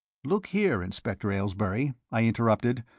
look here, inspector aylesbury, i interrupted,